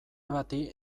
bati